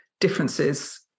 differences